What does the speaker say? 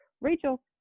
Rachel